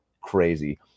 crazy